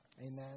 Amen